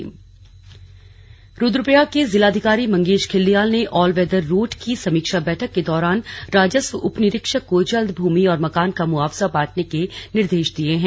slug all weather road समीक्षा रुद्रप्रयाग के जिलाधिकारी मंगेश घिल्डियाल ने ऑलवेदर रोड की समीक्षा बैठक के दौरान राजस्व उप निरीक्षक को जल्द भूमि और मकान का मुआवजा बांटने के निर्देश दिए हैं